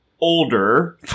older